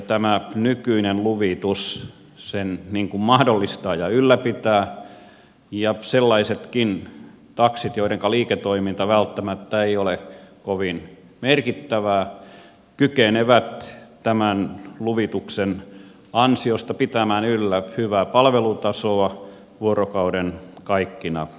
tämä nykyinen luvitus sen mahdollistaa ja ylläpitää ja sellaisetkin taksit joidenka liiketoiminta välttämättä ei ole kovin merkittävää kykenevät tämän luvituksen ansiosta pitämään yllä hyvää palvelutasoa vuorokauden kaikkina aikoina